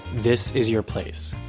this is your place.